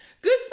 Good